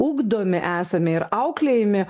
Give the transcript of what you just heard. ugdomi esame ir auklėjami